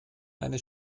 eine